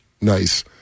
Nice